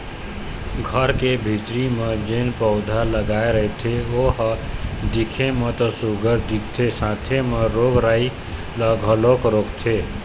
घर के भीतरी म जेन पउधा लगाय रहिथे ओ ह दिखे म तो सुग्घर दिखथे साथे म रोग राई ल घलोक रोकथे